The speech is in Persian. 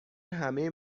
همه